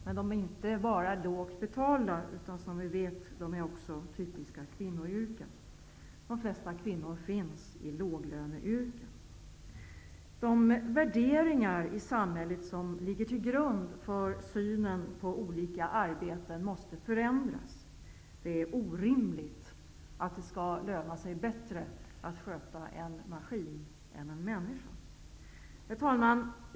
Men de är inte bara lågt betalda -- de är som bekant också typiska kvinnoyrken. De flesta kvinnor finns i låglöneyrken. De värderingar i samhället som ligger till grund för synen på olika arbeten måste förändras. Det är orimligt att det skall löna sig bättre att sköta en maskin än en människa. Herr talman!